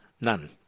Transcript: None